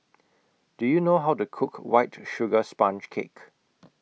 Do YOU know How to Cook White Sugar Sponge Cake